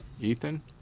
Ethan